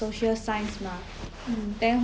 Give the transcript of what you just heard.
mm